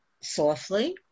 softly